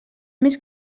més